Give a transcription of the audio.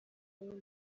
ubundi